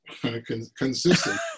Consistent